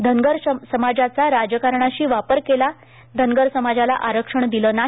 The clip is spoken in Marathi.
धनगर समाजाचा राजकरणासाठी वापर केला धनगर समाजाला आरक्षण दिल नाही